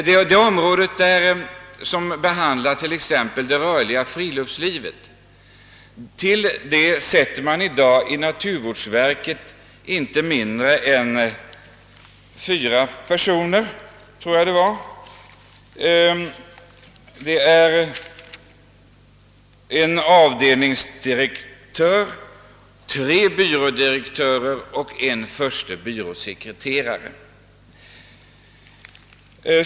I det nya verket ämnar man för frågorna om det rörliga friluftslivet tillsätta inte mindre än fem personer: en avdelningsdirektör, tre byrådirektörer och en förste byråsekreterare.